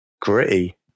gritty